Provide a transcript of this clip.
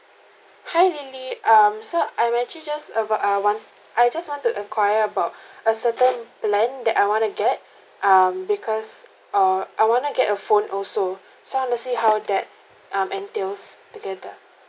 hi lily um so I'm actually just about uh want I just want to enquire about a certain plan that I want to get um because uh I want to get a phone also so I want to see how that um entails together